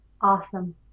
awesome